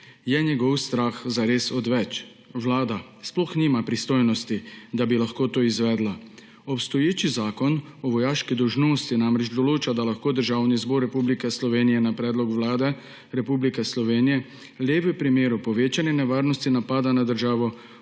je njegov strah zares odveč. Vlada sploh nima pristojnosti, da bi lahko to izvedla. Obstoječi Zakon o vojaški dolžnosti namreč določa, da lahko Državni zbor Republike Slovenije na predlog Vlade Republike Slovenije le v primeru povečane nevarnosti napada na državo